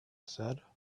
said